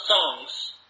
songs